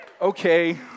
Okay